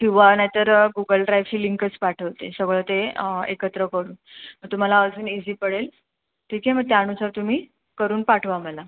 किंवा नाही तर गुगल ड्रायवची लिंकच पाठवते सगळं ते एकत्र करून मग तुम्हाला अजून इझी पडेल ठीक आहे मग त्यानुसार तुम्ही करून पाठवा मला